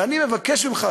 ואני מבקש ממך,